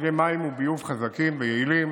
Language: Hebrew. תאגידי מים וביוב חזקים ויעילים